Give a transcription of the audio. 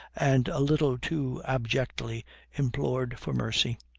and a little too abjectly implored for mercy.